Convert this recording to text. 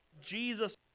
Jesus